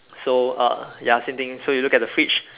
so uh ya same thing so you look at the fridge